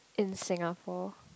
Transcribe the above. in Singapore